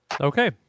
Okay